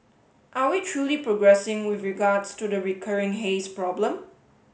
are we truly progressing with regards to the recurring haze problem